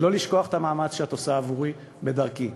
ולא לשכוח את המאמץ שאת עושה עבורי בדרכי.